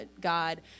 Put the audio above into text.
God